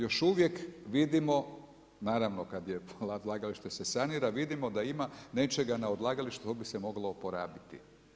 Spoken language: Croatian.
Još uvijek vidimo naravno, kad ovo odlagalište se sanira, vidimo da ima nečega na odlagalištu, to bi se moglo uporabiti.